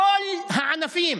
בכל הענפים.